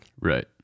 right